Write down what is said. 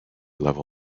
level